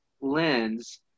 lens